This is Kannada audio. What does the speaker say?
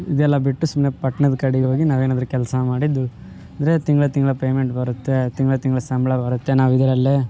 ಇದೆಲ್ಲ ಬಿಟ್ಟು ಸುಮ್ಮನೆ ಪಟ್ಟಣದ ಕಡೆಗೋಗಿ ನಾವೇನಾದ್ರು ಕೆಲಸ ಮಾಡಿ ದುಡ್ಡು ಅಂದರೆ ತಿಂಗಳು ತಿಂಗಳು ಪೇಮೆಂಟ್ ಬರುತ್ತೆ ತಿಂಗಳು ತಿಂಗಳು ಸಂಬಳ ಬರುತ್ತೆ ನಾವು ಇದರಲ್ಲೇ